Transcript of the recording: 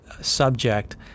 subject